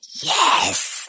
yes